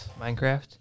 Minecraft